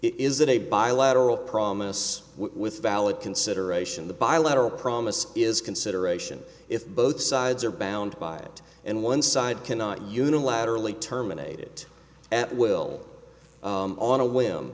that a bilateral promise with valid consideration the bilateral promise is consideration if both sides are bound by it and one side cannot unilaterally terminate it at will on a whim